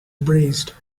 braced